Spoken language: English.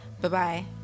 Bye-bye